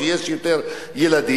כאשר יש יותר ילדים,